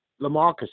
Lamarcus